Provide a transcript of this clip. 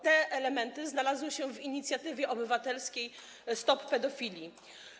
Te elementy znalazły się w inicjatywie obywatelskiej Stop Pedofilii.